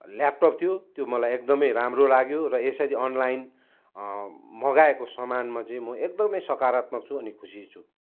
laptop थियो त्यो मलाई एकदमै राम्रो लाग्यो र यसरी अनलाइन मगाएको सामानमा चाहिँ म एकदमै सकारात्मक छु अनि खुसी छु